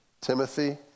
Timothy